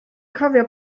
cofio